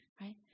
right